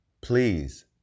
please